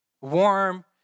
warm